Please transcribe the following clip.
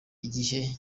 igihe